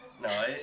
No